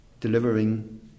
delivering